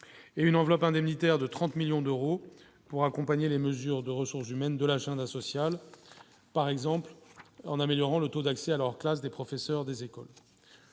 et une enveloppe indemnitaire de 30 millions d'euros pour accompagner les mesures. De ressources humaines de l'agenda social, par exemple, en améliorant le taux d'accès à leurs classes, des professeurs, des Échos.